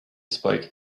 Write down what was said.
spoke